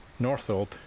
Northolt